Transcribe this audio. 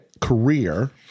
career